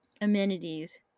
amenities